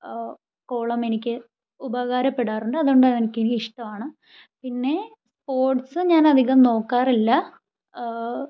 കോളമെനിക്ക് ഉപകാരപ്പെടാറുണ്ട് അത്കൊണ്ടെനിക്ക് ഇഷ്ടമാണ് പിന്നെ സ്പോട്സും ഞാനധികം നോക്കാറില്ല